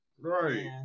Right